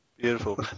Beautiful